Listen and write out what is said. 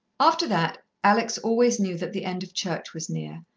after that, alex always knew that the end of church was near,